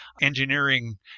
engineering